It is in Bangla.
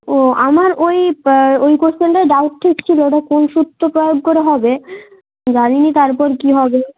ও আমার ওই ওই কোশ্চেনটায় ডাউট ঠেকছিল ওটা কোন সূত্র প্রয়োগ করে হবে জানি না তারপর কী হবে